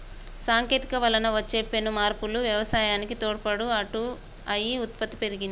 సాంకేతికత వలన వచ్చే పెను మార్పులు వ్యవసాయానికి తోడ్పాటు అయి ఉత్పత్తి పెరిగింది